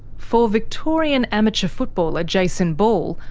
for victorian amateur footballer jason ball,